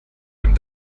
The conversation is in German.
dem